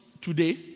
today